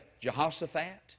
Jehoshaphat